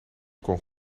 kon